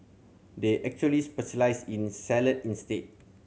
they actually specialise in salad instead